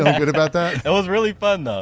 good about that? it was really fun, though.